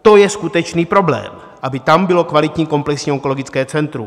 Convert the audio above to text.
To je skutečný problém, aby tam bylo kvalitní komplexní onkologické centrum.